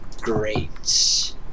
Great